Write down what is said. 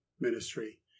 ministry